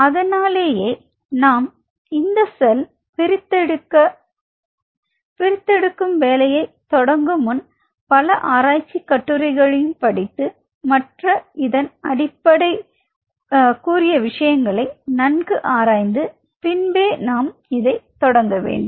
அதனாலே நான் நாம் இந்த செல் பிரித்தெடுக்க பிரித்தெடுக்கும் வேலையை தொடங்கு முன் பல ஆராய்ச் கட்டுரைகளையும் படித்து மற்ற இதன் அடிப்படை பற்றி கூறிய விஷயங்களை நன்கு ஆராய்ந்து பின்பு நாம் இதை தொடங்க வேண்டும்